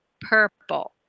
purple